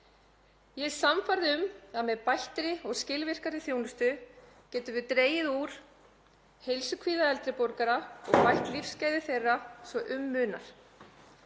er sannfærð um að með bættri og skilvirkari þjónustu getum við dregið úr heilsukvíða eldri borgara og bætt lífsgæði þeirra svo um munar.